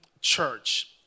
church